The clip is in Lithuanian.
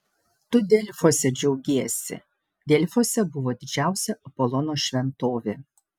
tu delfuose džiaugsiesi delfuose buvo didžiausia apolono šventovė